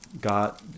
got